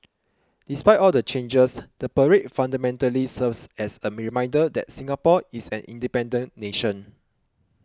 despite all the changes the parade fundamentally serves as a reminder that Singapore is an independent nation